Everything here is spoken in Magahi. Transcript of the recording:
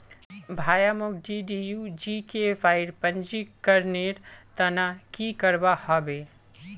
भाया, मोक डीडीयू जीकेवाईर पंजीकरनेर त न की करवा ह बे